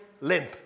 limp